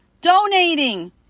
donating